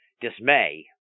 dismay